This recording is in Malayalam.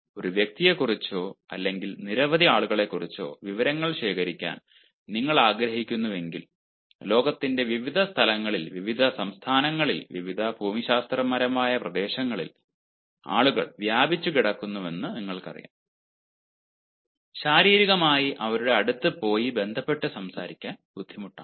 ഒരു വ്യക്തിയെക്കുറിച്ചോ അല്ലെങ്കിൽ നിരവധി ആളുകളെക്കുറിച്ചോ വിവരങ്ങൾ ശേഖരിക്കാൻ നിങ്ങൾ ആഗ്രഹിക്കുന്നുവെങ്കിൽ ലോകത്തിന്റെ വിവിധ സ്ഥലങ്ങളിൽ വിവിധ സംസ്ഥാനങ്ങളിൽ വിവിധ ഭൂമിശാസ്ത്രപരമായ പ്രദേശങ്ങളിൽ ആളുകൾ വ്യാപിച്ചുകിടക്കുന്നുവെന്ന് നിങ്ങൾക്കറിയാം ശാരീരികമായി അവരുടെ അടുത്ത് പോയി ബന്ധപ്പെട്ട് സംസാരിക്കാൻ ബുദ്ധിമുട്ടാണ്